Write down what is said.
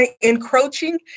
encroaching